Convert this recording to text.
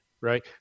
right